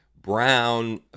brown